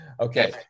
Okay